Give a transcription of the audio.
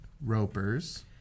ropers